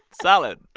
solid.